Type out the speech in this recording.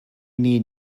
need